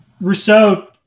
Rousseau